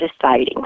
deciding